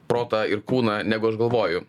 protą ir kūną negu aš galvoju